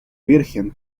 virgen